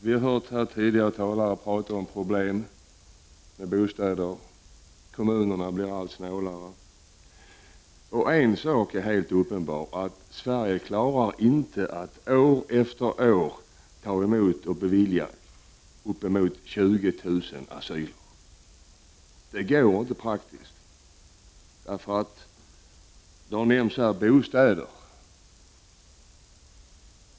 Vi har hört tidigare talare prata om problem med bostäder osv. Kommunerna blir allt snålare, har det sagts. En sak är helt uppenbar: Sverige klarar inte att år efter år ta emot och bevilja uppemot 20 000 asyler. Det går inte rent praktiskt.